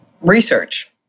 research